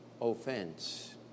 offense